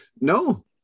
No